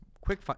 quick